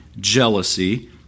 jealousy